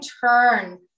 turn